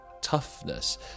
toughness